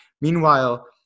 Meanwhile